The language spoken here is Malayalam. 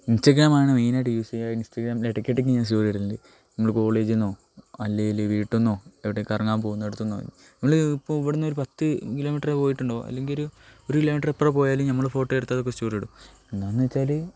ഇൻസ്റ്റാഗ്രാമാണ് മെയിനായിട്ട് യൂസ് ചെയ്യുക ഇൻസ്റ്റാഗ്രാമിൽ ഇടയ്ക്കിടയ്ക്ക് ഞാൻ സ്റ്റോറി ഇടലുണ്ട് നമ്മൾ കോളേജിൽ നിന്നോ അല്ലെങ്കിൽ വീട്ടിൽ നിന്നോ എവിടേ കറങ്ങാൻ പോവുന്നിടത്തു നിന്ന് ആ നമ്മൾ ഇപ്പോൾ ഇവിടെ നിന്നൊരു പത്ത് കിലോമീറ്ററേ പോയിട്ടുണ്ടാവു അല്ലെങ്കിൽ ഒരു ഒര് കിലോമീറ്റർ ഇപ്പുറത്ത് പോയാലും നമ്മൾ ഫോട്ടോ എടുത്ത് അതൊക്കെ സ്റ്റോറിയിടും എന്താണെന്നു വെച്ചാൽ